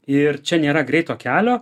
ir čia nėra greito kelio